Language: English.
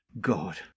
God